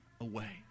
away